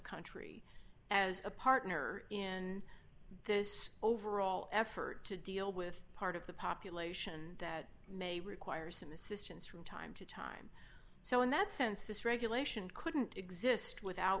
country as a partner in this overall effort to deal with a part of the population that may require some assistance from time to time so in that sense this regulation couldn't exist without